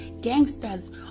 gangsters